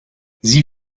sie